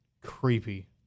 creepy